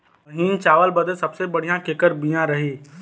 महीन चावल बदे सबसे बढ़िया केकर बिया रही?